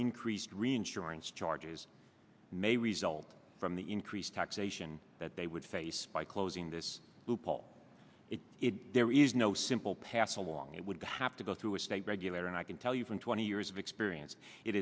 increased reinsurance charges may result from the increased taxation that they would face by closing this loophole if there is no simple pass along it would have to go through a state regulator and i can tell you from twenty years of experience it